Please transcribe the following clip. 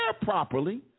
properly